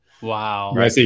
Wow